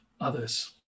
others